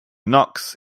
knocks